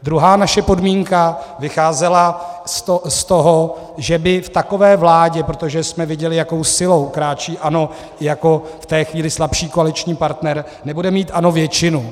Druhá naše podmínka vycházela z toho, že by v takové vládě, protože jsme viděli, jakou silou kráčí ANO, jako v té chvíli slabší koaliční partner, nebude mít ANO většinu.